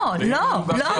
לא, לא, לא.